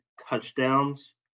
touchdowns